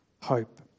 hope